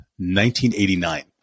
1989